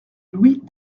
louis